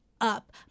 up